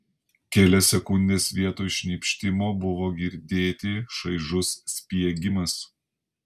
kelias sekundes vietoj šnypštimo buvo girdėti šaižus spiegimas